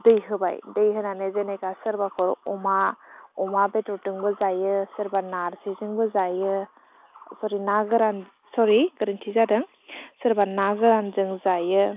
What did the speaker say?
दै होबाय दै होनानै जेनेखा सोरबाफोर अमा अमा बेदरजोंबो जायो सोरबा नारजिजोंबो जायो सरि ना गोरान सरि गोरोन्थि जादों सोरबा ना गोरानजों जायो